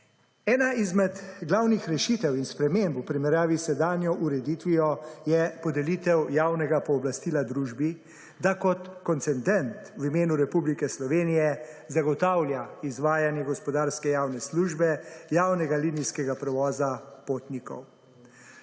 Ena izmed glavnih rešitev in sprememb v primerjavi s sedanjo ureditvijo je podelitev javnega pooblastila družbi, da kot koncendent v imenu Republike Slovenije zagotavljanje izvajanje gospodarske javne službe, javnega linijskega prevoza potnikov.